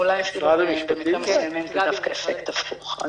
אולי אפילו במקרים מסוימים זה דווקא אפקט הפוך.